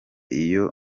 iyo